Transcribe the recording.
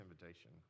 invitation